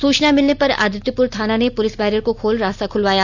सूचना मिलने पर आदित्यपुर थाना में पुलिस बैरियर को खोल रास्ता खुलवाया